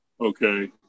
Okay